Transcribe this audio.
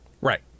right